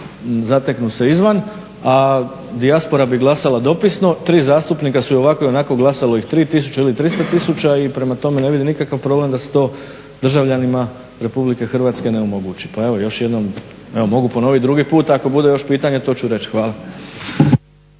zateknu se izvan, a dijaspora bi glasala dopisno, tri zastupnika su i ovako i onako glasalo ih 3 tisuće ili 300 tisuća i prema tome ne vidim nikakav problem da se to državljanima RH ne omogući. Pa evo još jednom mogu ponoviti drugi put ako bude još pitanja to ću reći. Hvala.